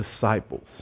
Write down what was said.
disciples